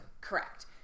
Correct